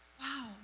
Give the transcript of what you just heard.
Wow